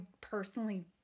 personally